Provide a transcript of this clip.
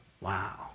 Wow